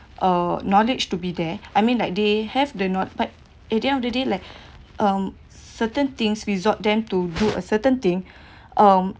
uh knowledge to be there I mean like they have the know~ but at the end of the day like um certain things resort them to do a certain thing um